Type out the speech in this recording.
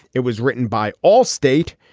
it was written by all state.